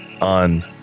on